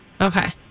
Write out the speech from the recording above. Okay